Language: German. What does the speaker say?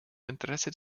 interesse